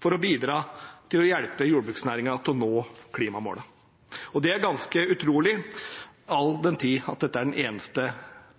for å bidra til å hjelpe jordbruksnæringen med å nå klimamålene. Og det er ganske utrolig all den tid dette er den eneste